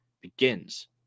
begins